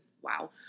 wow